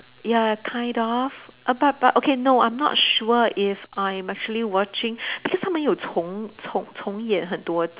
ya kind of uh but but okay no I'm not sure if I'm actually watching because 他们有重重重演很多